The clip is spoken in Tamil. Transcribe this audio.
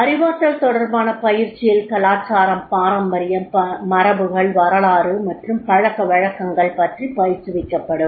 அறிவாற்றல் தொடர்பான பயிற்சியில் கலாச்சாரம் பாரம்பரியம் மரபுகள் வரலாறு மற்றும் பழக்கவழக்கங்கள் பற்றி பயிற்றுவிக்கப்படும்